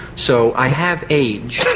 so i have aged,